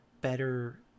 better